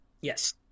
Yes